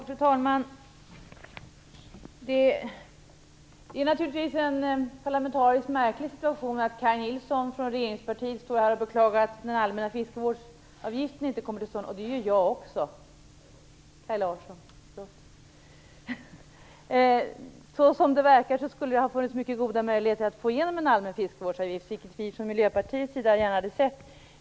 Fru talman! Det är naturligtvis en parlamentariskt märklig situation att Kaj Larsson från regeringspartiet beklagar att den allmänna fiskevårdsavgiften inte kommer till stånd, för det gör jag också. Som det verkar skulle det ha funnits mycket goda möjligheter att få igenom en allmän fiskevårdsavgift, vilket vi från Miljöpartiets sida gärna hade sett.